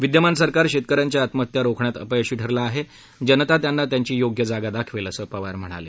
विद्यमान सरकार शेतकऱ्यांच्या आत्महत्या रोखण्यात अपयशी ठरलं आहे जनता त्यांना योग्य जागा दाखवेल असं पवार म्हणाले